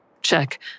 check